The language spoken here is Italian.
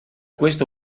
questo